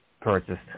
purchased